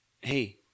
Hey